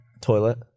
toilet